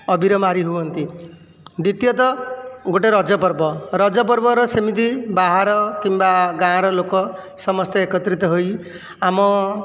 ଅବିର ମାରି ହୁଅନ୍ତି ଦ୍ଵିତୀୟତଃ ଗୋଟିଏ ରଜ ପର୍ବ ରଜପର୍ବର ସେମିତି ବାହାର କିମ୍ବା ଗାଁର ଲୋକ ସମସ୍ତେ ଏକତ୍ରିତ ହୋଇ ଆମ